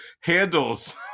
handles